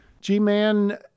G-Man